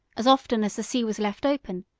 as often as the sea was left open,